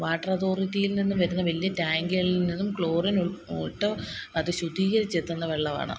water അതോറിറ്റിയില് നിന്ന് വരുന്ന വലിയ ടാങ്കികളില് നിന്നും ക്ലോറിന് ഉ ഊട്ട് അത് ശുദ്ധീകരിച്ച് എത്തുന്ന വെള്ളവാണ്